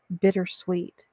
bittersweet